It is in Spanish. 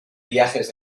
viajes